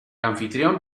anfitrión